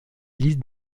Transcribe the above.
liste